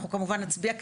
אנחנו כמובן נצביע בעד,